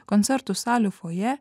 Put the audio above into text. koncertų salių fojė